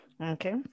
Okay